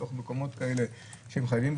בתוך מקומות כאלה שמחייבים,